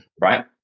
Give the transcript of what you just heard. right